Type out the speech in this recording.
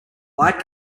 light